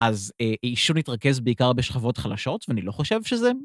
אז שוב התרכז בעיקר בשכבות חלשות ואני לא חושב שזה.